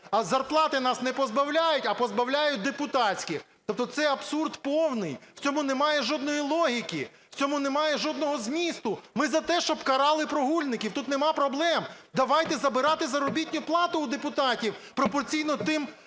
А зарплати нас не позбавляють, а позбавляють депутатських, тобто це абсурд повний, в цьому немає жодної логіки, в цьому немає жодного змісту. Ми за те, щоб карали прогульників – тут нема проблем. Давайте забирати заробітну плату у депутатів пропорційно тим